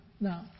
now